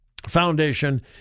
Foundation